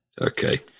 Okay